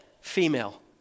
female